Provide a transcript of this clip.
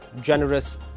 generous